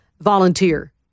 volunteer